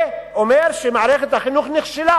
זה אומר שמערכת החינוך נכשלה,